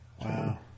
Wow